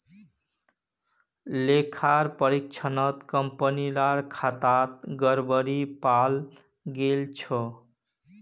लेखा परीक्षणत कंपनीर खातात गड़बड़ी पाल गेल छ